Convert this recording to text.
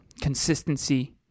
consistency